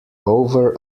over